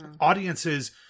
audiences